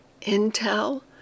Intel